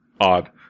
odd